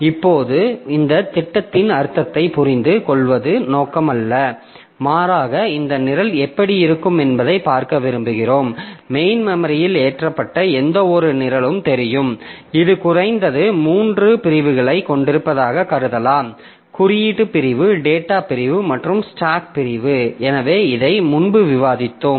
இப்போது இந்த திட்டத்தின் அர்த்தத்தைப் புரிந்து கொள்வதே நோக்கம் அல்ல மாறாக இந்த நிரல் எப்படி இருக்கும் என்பதைப் பார்க்க விரும்புகிறோம் மெயின் மெமரியில் ஏற்றப்பட்ட எந்தவொரு நிரலும் தெரியும் இது குறைந்தது மூன்று பிரிவுகளைக் கொண்டிருப்பதாகக் கருதலாம் குறியீடு பிரிவு டேட்டா பிரிவு மற்றும் ஸ்டாக் பிரிவு எனவே இதை முன்பு விவாதித்தோம்